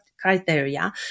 criteria